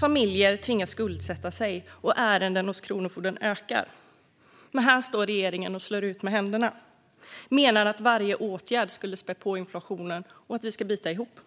Familjer tvingas skuldsätta sig, och ärendena hos Kronofogden ökar. Men här står regeringen och slår ut med händerna. Man menar att varje åtgärd skulle spä på inflationen och att vi ska bita ihop.